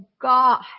God